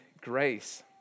grace